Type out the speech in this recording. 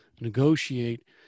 negotiate